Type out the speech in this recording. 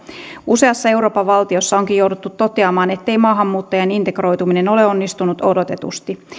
useassa euroopan valtiossa onkin jouduttu toteamaan ettei maahanmuuttajan integroituminen ole onnistunut odotetusti